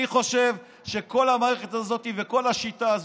אני חושב שכל המערכת הזאת וכל השיטה הזאת,